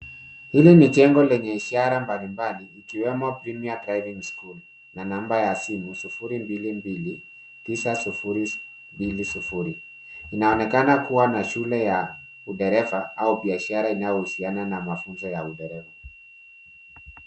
Hili ni jengo lenye ishara mbali mbali ikiwemo premier driving school na namba ya simu 0229020. Inaonekana kuwa na shule ya udereva au biashara inayohusiana na mafunzo ya udereva.